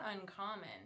uncommon